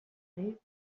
peu